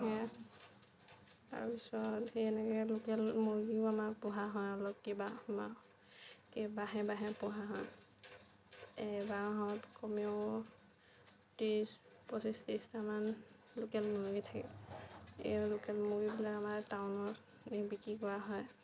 সেয়ে তাৰ পিছত সেয়ে লাগে লোকেল মুৰ্গীও আমাৰ পোহা হয় অলপ কিবা সোমা এই বাহে বাহে পোহা হয় এবাহত কমেও ত্ৰিছ পঁচিছ ত্ৰিছটামান লোকেল মুৰ্গী থাকে এই লোকেল মুৰ্গীবিলাক আমাৰ টাউনত নি বিক্ৰী কৰা হয়